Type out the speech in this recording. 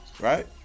Right